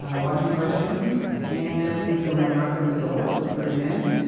ah watching cartoons, and someone knocked at the door. it was three men.